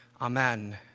Amen